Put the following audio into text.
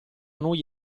noi